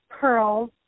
pearls